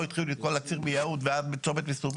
לא התחילו את כל הציר מיהוד ועד צומת מסובים.